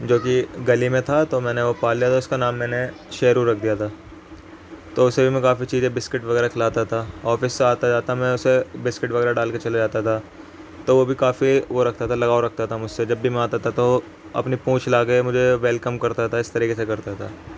جوکہ گلی میں تھا تو میں نے وہ پال لیا تھا اس کا نام میں نے شیرو رکھ دیا تھا تو اسے بھی میں کافی چیزیں بسکٹ وغیرہ کھلاتا تھا آفس سے آتا جاتا میں اسے بسکٹ وغیرہ ڈال کے چلے جایا کرتا تھا تو وہ بھی کافی وہ رکھتا تھا لگاؤ رکھتا تھا مجھ سے جب بھی میں آتا تھا تو وہ اپنی پونجھ ہلا کے مجھے ویلکم کرتا تھا اس طریقے سے کرتا تھا